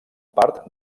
part